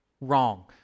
wrong